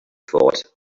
thought